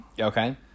okay